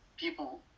People